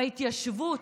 בהתיישבות?